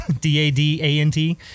D-A-D-A-N-T